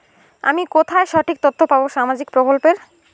আমি কোথায় সঠিক তথ্য পাবো সামাজিক প্রকল্পের?